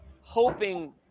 hoping